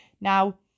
now